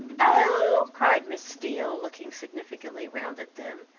oh, cried miss steele, looking significantly round at them,